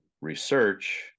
research